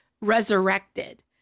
resurrected